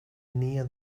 near